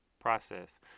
process